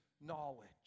knowledge